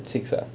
six ah